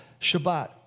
Shabbat